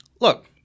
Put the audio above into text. Look